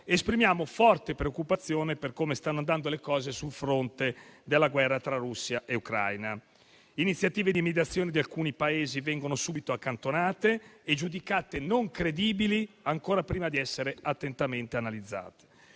esprimiamo forte preoccupazione per come stanno andando le cose sul fronte della guerra tra Russia e Ucraina. Le iniziative di mediazione di alcuni Paesi vengono subito accantonate e giudicate non credibili ancora prima di essere attentamente analizzate.